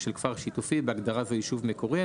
של כפר שיתופי (בהגדרה זו: "יישוב מקורי"),